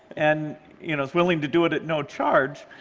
and you know is willing to do it at no charge,